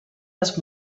les